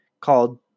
called